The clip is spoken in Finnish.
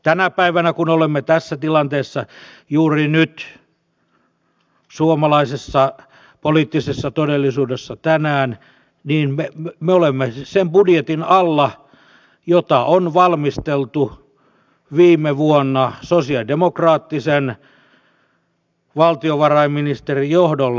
tänä päivänä kun olemme tässä tilanteessa juuri nyt suomalaisessa poliittisessa todellisuudessa tänään niin me olemme sen budjetin alla jota on valmisteltu viime vuonna sosialidemokraattisen valtiovarainministerin johdolla